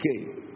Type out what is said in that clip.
Okay